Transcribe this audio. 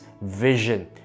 Vision